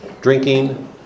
drinking